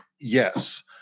Yes